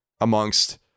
amongst